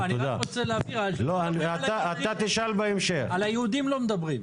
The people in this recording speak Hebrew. אני רק רוצה להבהיר, על היהודים לא מדברים?